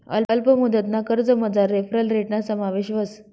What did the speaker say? अल्प मुदतना कर्जमझार रेफरल रेटना समावेश व्हस